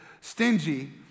stingy